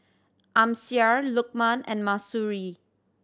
Amsyar Lukman and Mahsuri